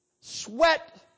Sweat